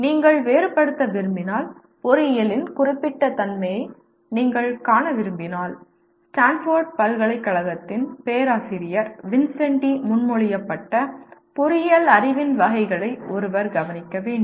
நீங்கள் வேறுபடுத்த விரும்பினால் பொறியியலின் குறிப்பிட்ட தன்மையை நீங்கள் காண விரும்பினால் ஸ்டான்போர்ட் பல்கலைக்கழகத்தின் பேராசிரியர் வின்சென்டி முன்மொழியப்பட்ட பொறியியல் அறிவின் வகைகளை ஒருவர் கவனிக்க வேண்டும்